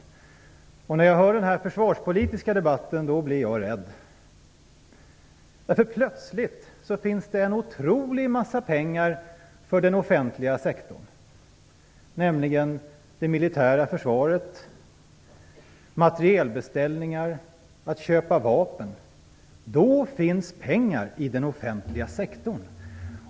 När jag hör den här försvarspolitiska debatten blir jag rädd. Plötsligt finns det en otrolig mängd pengar för den offentliga sektorn, nämligen till det militära försvaret, till materielbeställningar och till inköp av vapen. Då finns pengar i den offentliga sektorn.